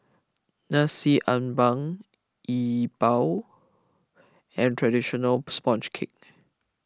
Nasi Ambeng Yi Bua and Traditional Sponge Cake